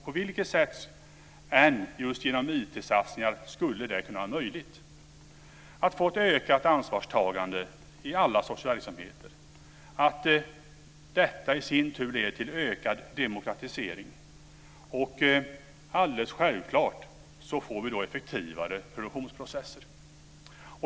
På vilket annat sätt än genom just IT-satsningar skulle det vara möjligt att få ett ökat ansvarstagande i alla sorts verksamheter? Detta leder i sin tur till ökad demokratisering, och självklart blir det då effektivare produktionsprocesser.